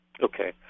Okay